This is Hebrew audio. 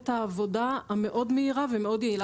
העבודה המאוד מהירה ומאוד יעילה של הבנקים.